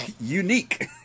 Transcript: unique